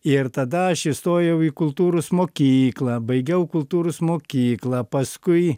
ir tada aš įstojau į kultūros mokyklą baigiau kultūros mokyklą paskui